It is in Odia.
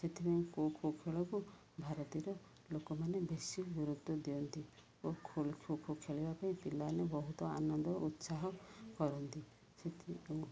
ସେଥିପାଇଁ ଖୋଖୋ ଖେଳକୁ ଭାରତର ଲୋକମାନେ ବେଶୀ ଗୁରୁତ୍ୱ ଦିଅନ୍ତି ଓ ଖୋଖୋ ଖେଳିବା ପାଇଁ ପିଲାମାନେ ବହୁତ ଆନନ୍ଦ ଓ ଉତ୍ସାହ କରନ୍ତି ସେ